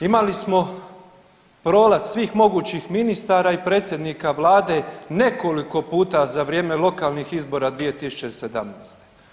Imali smo prolaz svih mogućih ministara i predsjednika vlade nekoliko puta za vrijeme lokalnih izbora 2017.